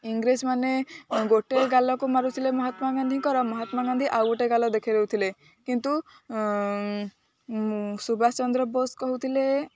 ଇଂରେଜମାନେ ଗୋଟେ ଗାଲକୁ ମାରୁଥିଲେ ମହାତ୍ମା ଗାନ୍ଧୀଙ୍କର ମହାତ୍ମା ଗାନ୍ଧୀ ଆଉ ଗୋଟେ ଗାଲ ଦେଖେଇ ଦେଉଥିଲେ କିନ୍ତୁ ସୁବାଷ ଚନ୍ଦ୍ର ବୋଷ କହୁଥିଲେ